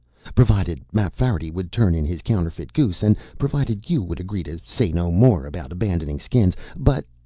provided mapfarity would turn in his counterfeit goose and provided you would agree to say no more about abandoning skins, but.